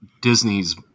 Disney's